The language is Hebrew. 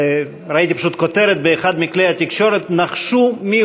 ראיתי פשוט כותרת באחד מכלי התקשורת: נחשו מי